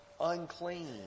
unclean